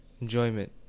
enjoyment